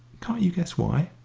can't you guess why?